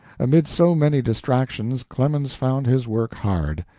amid so many distractions clemens found his work hard.